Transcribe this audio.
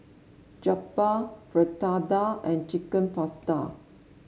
Jokbal Fritada and Chicken Pasta